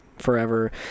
forever